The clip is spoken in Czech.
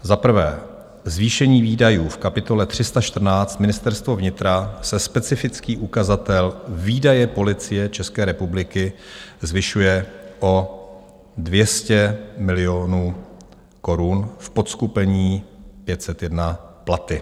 Za prvé zvýšení výdajů v kapitole 314 Ministerstvo vnitra se specifický ukazatel Výdaje Policie České republiky zvyšuje o 200 milionů korun v podseskupení 501 Platy.